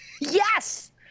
Yes